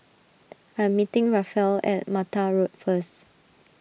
I'm meeting Rafael at Mattar Road first